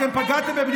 תן